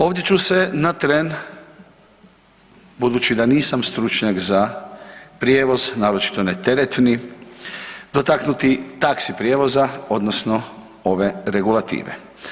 Ovdje ću se na tren budući da nisam stručnjak za prijevoz, naročito ne teretni dotaknuti taksi prijevoza odnosno ove regulative.